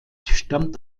stammt